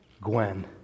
Gwen